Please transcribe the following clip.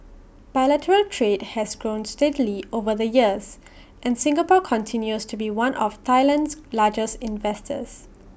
bilateral trade has grown steadily over the years and Singapore continues to be one of Thailand's largest investors